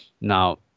Now